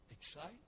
Excite